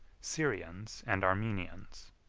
syrians, and armenians.